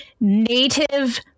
native